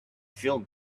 feel